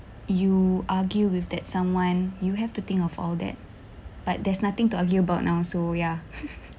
you argue with that someone you have to think of all that but there's nothing to argue about now so ya